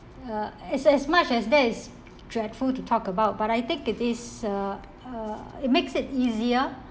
uh as as much as that is dreadful to talk about but I think it is a uh it makes it easier